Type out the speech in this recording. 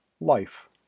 Life